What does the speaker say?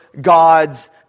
gods